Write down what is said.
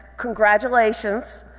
congratulations,